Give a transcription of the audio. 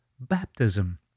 baptism